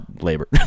labor